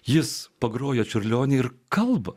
jis pagrojo čiurlionį ir kalba